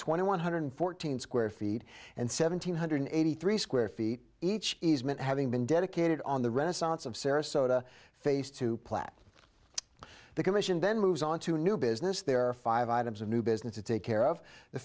twenty one hundred fourteen square feet and seven hundred eighty three square feet each easement having been dedicated on the renaissance of sarasota face to plat the commission then moves on to new business there are five items of new business to take care of the